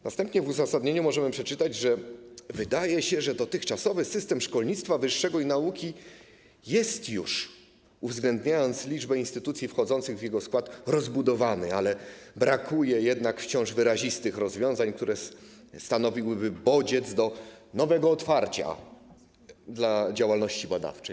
Następnie w uzasadnieniu możemy przeczytać, że wydaje się, że dotychczasowy system szkolnictwa wyższego i nauki jest już, uwzględniając liczbę instytucji wchodzących w jego skład, rozbudowany, ale brakuje jednak wciąż wyrazistych rozwiązań, które stanowiłyby bodziec do nowego otwarcia dla działalności badawczej.